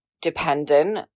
dependent